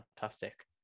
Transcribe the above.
fantastic